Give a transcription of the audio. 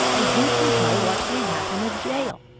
but who can tell what may hap in a jail!